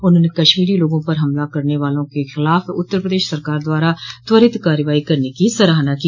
उन्होंने कश्मीरी लोगों पर हमला करने वाले लोगों के खिलाफ उत्तर प्रदेश सरकार द्वारा त्वरित कार्रवाई करने की सराहना की